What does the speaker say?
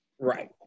Right